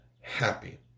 happy